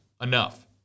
enough